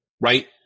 right